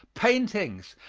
paintings,